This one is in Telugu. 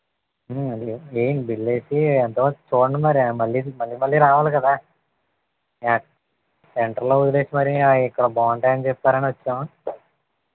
వేయండి బిల్ వేసి ఎంతో కొంత చూడండి మరి మళ్ళీ మళ్ళీ మళ్ళీ రావాలి కదా సెంటర్లో వదిలేసి మరి ఇక్కడ బాగుంటాయని చెప్పారని వచ్చాం